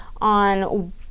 on